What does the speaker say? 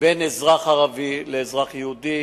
בין אזרח ערבי לאזרח יהודי.